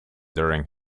during